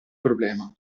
problema